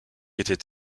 était